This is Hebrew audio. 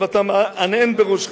אתה מהנהן בראשך.